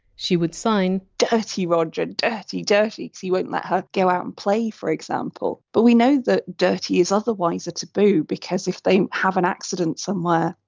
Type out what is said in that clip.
she would sign dirty roger, dirty dirty because he won't let her go out and play, for example. but we know that! dirty! is otherwise taboo, because if they have an accident somewhere,